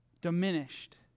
diminished